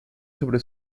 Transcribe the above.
sobre